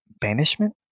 banishment